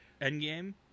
Endgame